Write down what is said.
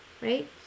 right